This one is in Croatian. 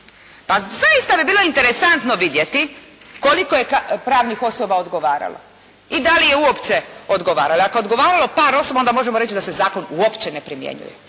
Pa zaista bi bilo interesantno vidjeti koliko je pravnih osoba odgovaralo i da li je uopće odgovaralo. Ako je odgovaralo par osoba onda možemo reći da se zakon uopće ne primjenjuje.